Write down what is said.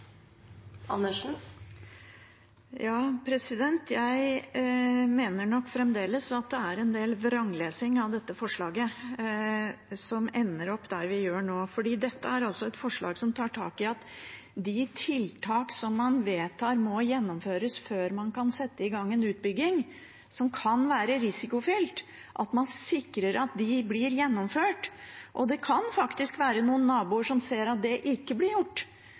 Jeg mener nok fremdeles at det er en del vranglesing av dette forslaget som gjør at vi ender opp der vi gjør nå. Dette er altså et forslag som tar tak i og sikrer at de tiltak som man vedtar må gjennomføres før man kan sette i gang en utbygging som kan være risikofylt, blir gjennomført. Det kan være noen naboer som ser at det ikke blir gjort,